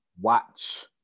Watch